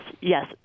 yes